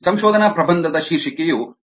ಸಂಶೋಧನಾ ಪ್ರಬಂಧದ ಶೀರ್ಷಿಕೆಯು ಇ